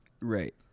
right